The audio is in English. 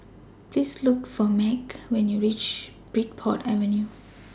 Please Look For Meg when YOU REACH Bridport Avenue